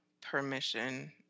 permission